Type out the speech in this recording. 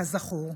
כזכור,